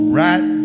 right